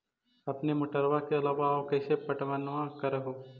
अपने मोटरबा के अलाबा और कैसे पट्टनमा कर हू?